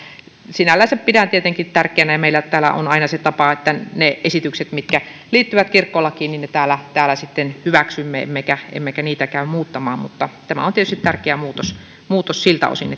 sinällänsä pidän tietenkin tärkeänä ja meillä on aina täällä se tapa että ne esitykset mitkä liittyvät kirkkolakiin täällä täällä sitten hyväksymme emmekä emmekä niitä käy muuttamaan mutta tämä on tietysti tärkeä muutos muutos siltä osin